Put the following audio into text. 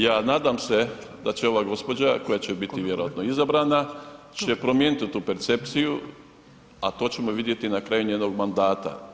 Ja nadam se, da će ova gospođa koja će biti vjerojatno izabrana će promijeniti tu percepciju, a to ćemo vidjeti na kraju njenog mandata.